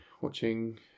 watching